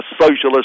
socialist